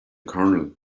colonel